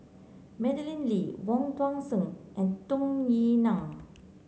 Madeleine Lee Wong Tuang Seng and Tung Yue Nang